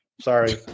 Sorry